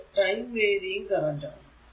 ഇത് time varying current ആണ്